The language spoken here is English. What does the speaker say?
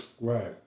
Right